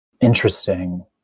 Interesting